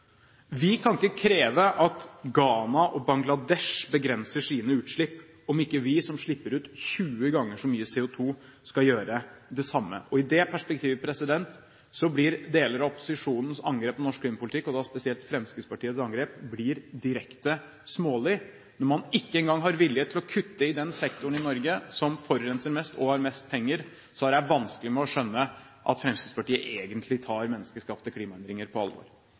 Vi kan ikke kreve at Ghana og Bangladesh begrenser sine utslipp, om ikke vi, som slipper ut 20 ganger så mye CO2, skal gjøre det samme. I det perspektivet blir deler av opposisjonens angrep på norsk klimapolitikk – spesielt Fremskrittspartiets angrep – direkte smålig. Når man ikke engang har vilje til å kutte i den sektoren i Norge som forurenser mest og har mest penger, har jeg vanskelig for å skjønne at Fremskrittspartiet egentlig tar menneskeskapte klimaendringer på alvor.